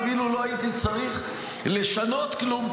אפילו לא הייתי צריך לשנות כלום,